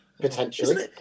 potentially